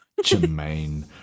Jermaine